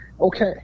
okay